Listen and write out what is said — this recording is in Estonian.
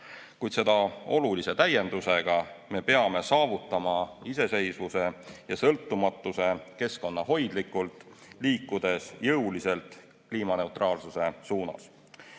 Kuid seda olulise täiendusega: me peame saavutama iseseisvuse ja sõltumatuse keskkonnahoidlikult, liikudes jõuliselt kliimaneutraalsuse suunas.